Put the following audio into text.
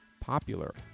popular